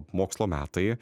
mokslo metai